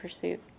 pursuit